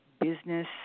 business